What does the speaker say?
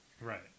Right